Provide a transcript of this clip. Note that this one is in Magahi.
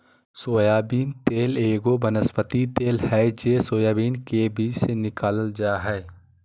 सोयाबीन तेल एगो वनस्पति तेल हइ जे सोयाबीन के बीज से निकालल जा हइ